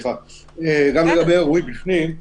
לגבי האירועים בפנים,